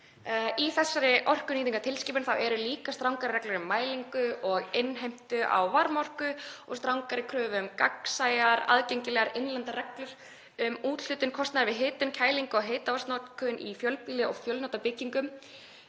Í þessari orkunýtingartilskipun eru líka strangari reglur um mælingu og innheimtu á varmaorku og strangari kröfur um gagnsæjar, aðgengilegar innlendar reglur um úthlutun kostnaðar við hitun, kælingu og heitavatnsnotkunina í fjölbýli og fjölnota byggingum.